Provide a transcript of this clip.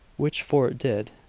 which fort did,